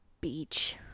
beach